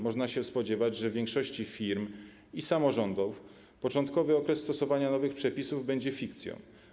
Można się spodziewać, że w większości firm i samorządów początkowy okres stosowania nowych przepisów będzie fikcją.